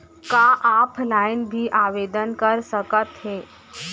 का ऑफलाइन भी आवदेन कर सकत हे?